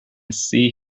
see